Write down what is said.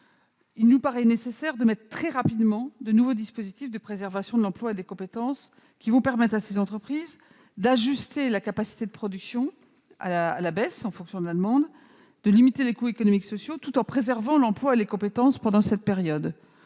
Il nous paraît nécessaire de mettre très rapidement en place de nouveaux dispositifs de préservation de l'emploi et des compétences. Ces dispositifs permettront aux entreprises d'ajuster à la baisse leur capacité de production, en fonction de la demande, et de limiter les coûts économiques et sociaux, tout en préservant l'emploi et les compétences pendant cette période.